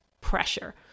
pressure